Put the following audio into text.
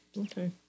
Okay